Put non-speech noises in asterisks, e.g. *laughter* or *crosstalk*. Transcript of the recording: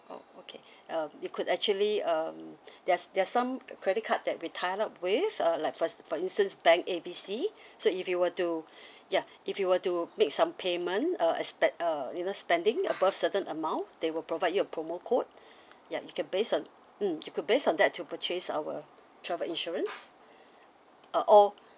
oh okay *breath* um you could actually um there are there are some credit card that we tied up with uh like for for instance bank A B C *breath* so if you were to *breath* ya if you were to make some payment uh espec~ uh you know spending above certain amount they will provide you a promo code *breath* ya you can base on mm you could base on that to purchase our travel insurance *breath* uh or